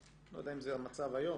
לא יודע אם זה המצב היום,